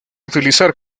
utilizar